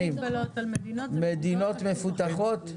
מדינות מפותחות?